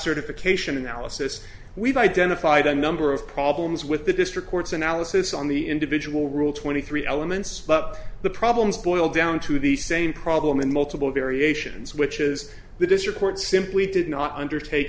certification analysis we've identified a number of problems with the district courts analysis on the individual rule twenty three elements but the problems boil down to the same problem in multiple variations which is that this report simply did not undertake